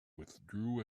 withdrew